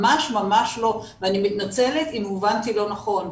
ממש ממש לא, ואני מתנצלת אם הובנתי לא נכון.